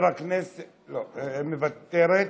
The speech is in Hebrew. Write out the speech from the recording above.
מוותרת,